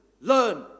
learn